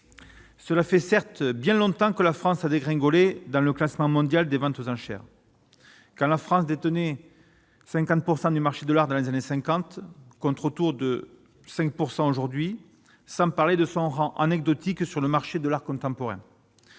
cela fait certes bien longtemps que la France a dégringolé dans le classement mondial des 22 un cher quand la France détenait 50 pourcent du marché de l'art dans les années 50 contre autour de 5 pourcent aujourd'hui, sans parler de son rang anecdotique sur le marché de l'art contemporain,